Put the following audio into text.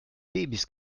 babys